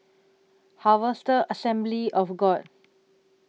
Harvester Assembly of God